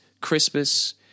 Christmas